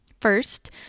First